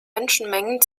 menschenmengen